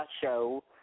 show